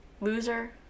Loser